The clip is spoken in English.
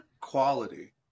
quality